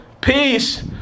peace